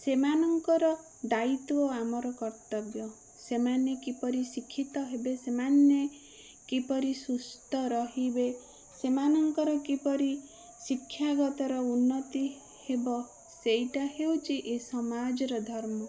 ସେମାନଙ୍କର ଦାୟିତ୍ୱ ଆମର କର୍ତ୍ତବ୍ୟ ସେମାନେ କିପରି ଶିକ୍ଷିତ ହେବେ ସେମାନେ କିପରି ସୁସ୍ଥ ରହିବେ ସେମାନଙ୍କର କିପରି ଶିକ୍ଷାଗତର ଉନ୍ନତି ହେବ ସେଇଟା ହେଉଛି ଏ ସମାଜର ଧର୍ମ